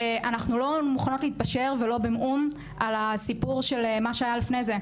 ואנחנו לא מוכנות להתפשר ולא במאום על הסיפור של מה שהיה לפני כן,